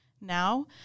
now